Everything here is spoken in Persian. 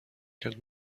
کرد